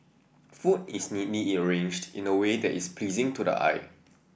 food is neatly arranged in a way that is pleasing to the eye